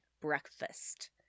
breakfast